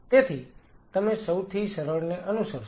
તેથી તમે સૌથી સરળને અનુસરશો